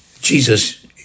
Jesus